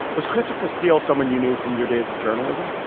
was christopher steele someone you knew from your days of journalism?